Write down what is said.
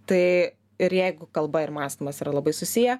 tai ir jeigu kalba ir mąstymas yra labai susiję